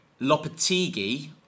Lopatigi